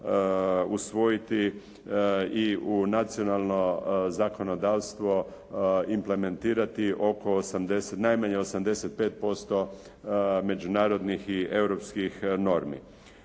usvojiti i u nacionalno zakonodavstvo implementirati oko 80, najmanje 85% međunarodnih i europskih normi.